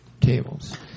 tables